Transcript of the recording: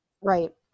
Right